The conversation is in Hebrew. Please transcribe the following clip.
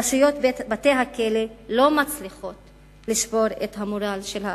רשויות בתי-הכלא לא מצליחות לשבור את המורל של האסירות.